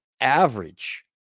average